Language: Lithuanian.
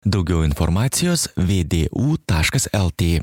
daugiau informacijos vė dė u taškas el tė